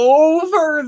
over